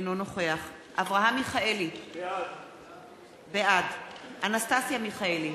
אינו נוכח אברהם מיכאלי, בעד אנסטסיה מיכאלי,